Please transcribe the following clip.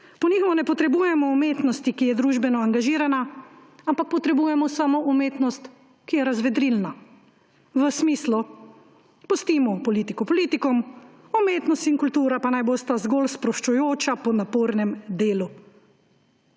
Po njihovo ne potrebujemo umetnosti, ki je družbeno angažirana, ampak potrebujemo samo umetnost, ki je razvedrilna v smislu pustimo politiko politikom, umetnost in kultura pa naj bosta zgolj sproščujoča po napornem delu.